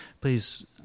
Please